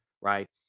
right